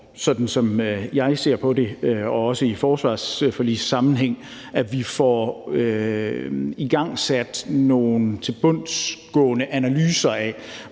sådan som jeg ser på det, og også i forsvarsforligssammenhæng, igangsat nogle tilbundsgående analyser af,